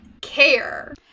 care